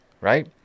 right